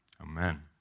Amen